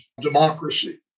democracy